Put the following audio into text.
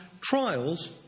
trials